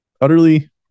utterly